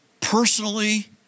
personally